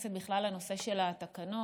ומתייחסת בכלל לנושא של התקנות.